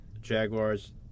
Jaguars